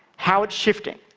how it's shifting.